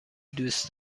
دوست